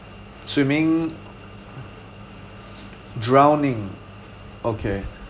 swimming drowning okay